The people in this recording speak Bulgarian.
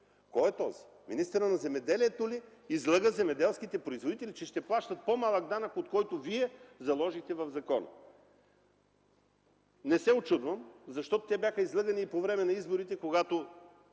кой е този? – министърът на земеделието ли излъга земеделските производители, че ще плащат по-малък данък, от който Вие заложихте в закона. Не се учудвам, защото те бяха излъгани и по време на изборите, когато